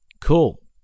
Cool